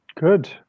Good